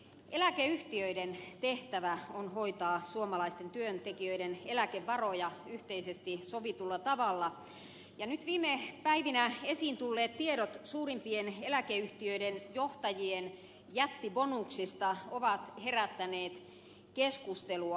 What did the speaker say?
eläkeyhtiöiden tehtävä on hoitaa suomalaisten työntekijöiden eläkevaroja yhteisesti sovitulla tavalla ja viime päivinä esiin tulleet tiedot suurimpien eläkeyhtiöiden johtajien jättibonuksista ovat herättäneet keskustelua